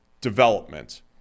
development